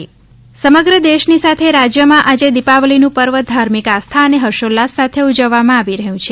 દિવાળી સમગ્ર દેશની સાથે રાજયમાં આજે દિપાવલીનું પર્વ ધાર્મિક આસ્થા અને હર્ષોલ્લાસ સાથે ઉજવવામાં આવી રહયું છે